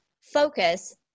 focus